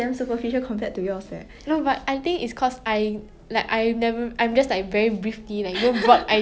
ya ya